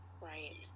Right